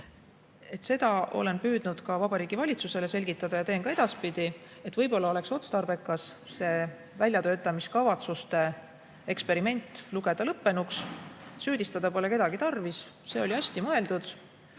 Olen püüdnud ka Vabariigi Valitsusele selgitada ja teen seda ka edaspidi, et võib-olla oleks otstarbekas see väljatöötamiskavatsuste eksperiment lugeda lõppenuks. Süüdistada pole kedagi tarvis, see oli hästi mõeldud.